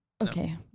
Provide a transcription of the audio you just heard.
Okay